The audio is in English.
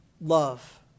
love